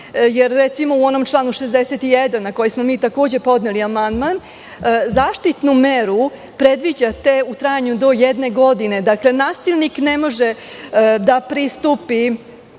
jer recimo u onom članu 61. na koji smo takođe podneli amandman, zaštitnu meru predviđate u trajanju do jedne godine. Dakle, nasilnik ne može da pristupi